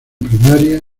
primaria